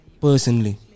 personally